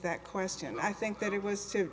that question i think that it was